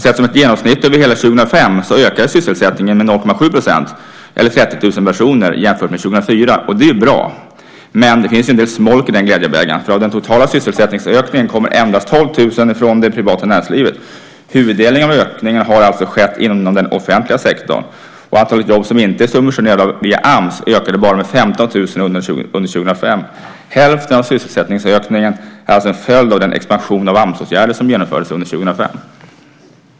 Sett som ett genomsnitt över hela 2005 ökade sysselsättningen med 0,7 % eller 30 000 personer jämfört med 2004. Det är bra, men det finns en del smolk i den glädjebägaren. Av den totala sysselsättningsökningen kommer endast 12 000 från det privata näringslivet. Huvuddelen av ökningen har alltså skett inom den offentliga sektorn. Antalet jobb som inte är subventionerade via Ams ökade bara med 15 000 under 2005. Hälften av sysselsättningsökningen är alltså en följd av den expansion av Amsåtgärder som genomfördes under 2005.